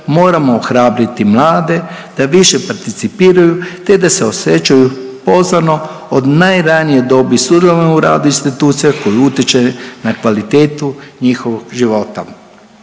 moramo ohrabriti mlade da više participiraju te da se osećaju pozvano od najranije dobi .../Govornik se ne razumije./... u radu institucija koja utječe na kvalitetu njihovog života.